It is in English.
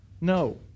No